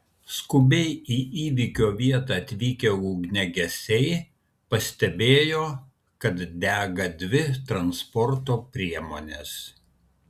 skubiai į įvykio vietą atvykę ugniagesiai pastebėjo kad dega dvi transporto priemonės